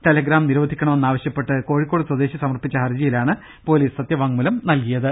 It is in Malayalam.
ടെലഗ്രാം നിരോധിക്കണമെന്ന് ആവശ്യപ്പെട്ട് കോഴിക്കോട് സ്വദേശി സമർപ്പിച്ച ഹർജിയിലാണ് പൊലീസ് സത്യവാങ്മൂലം സമർപ്പിച്ചത്